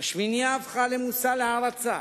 השמינייה הפכה למושא להערצה,